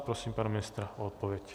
Prosím pana ministra o odpověď.